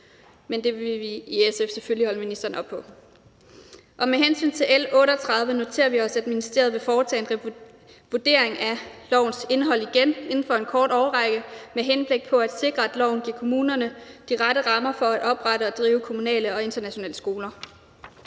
Men det vil vi i SF selvfølgelig holde ministeren op på. Med hensyn til L 38 noterer vi os, at ministeriet vil foretage en revurdering af lovens indhold igen inden for en kort årrække med henblik på at sikre, at loven giver kommunerne de rette rammer for at oprette og drive kommunale internationale skoler.